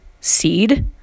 seed